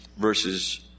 verses